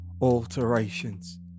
alterations